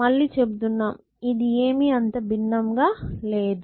మళ్ళి చెబుతున్నాం ఇది ఏమి అంత బిన్నం గా లేదు